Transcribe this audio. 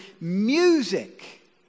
music